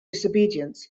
disobedience